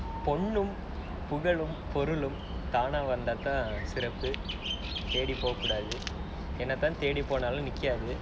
பொன்னும் புகழும் பொருளும் தான வந்த தான் சிறப்பு தேடி போக கூடாது தேடி போனாலும் போனாலும் நிக்காது:ponnum pugalum porulum thaana vantha thaan sirappu thaedi poga koodaathu thaedi ponnaalum nikkaathu